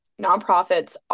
nonprofits